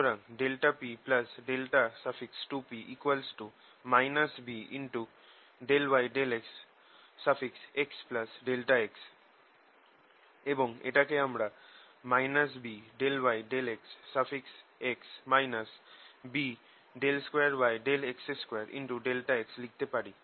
সুতরাং ∆p∆2p B∂y∂xx∆x এবং এটাকে আমরা B∂y∂xx B∆x লিখতে পারি